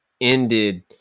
ended